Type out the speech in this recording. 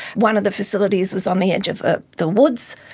one of the facilities was on the edge of ah the woods,